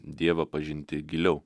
dievą pažinti giliau